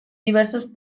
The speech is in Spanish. diversos